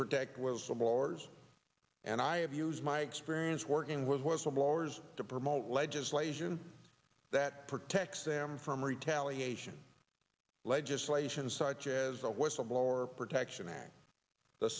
protect whistleblowers and i have used my experience working with was some lawyers to promote legislation that protects them from retaliation legislation such as a whistleblower protection act the